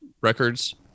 records